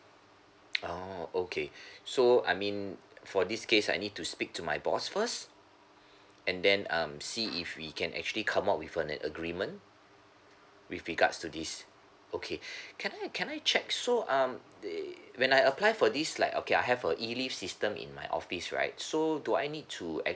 orh okay so I mean for this case I need to speak to my boss first and then um see if we can actually come up with an agreement with regards to this okay can I can I check so um eh when I apply for this like okay I have a E leave system in my office right so do I need to